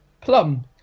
Plum